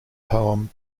poem